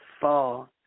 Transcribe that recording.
fall